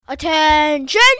Attention